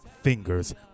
Fingers